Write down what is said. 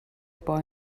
boy